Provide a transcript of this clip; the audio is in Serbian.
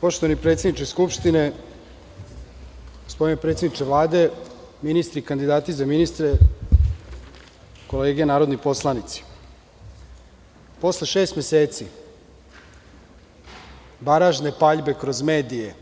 Poštovani predsedniče Skupštine, gospodine predsedniče Vlade, ministri i kandidati za ministre, kolege narodni poslanici, posle šest meseci baražne paljbe kroz medije,